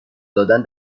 دادن